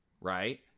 Right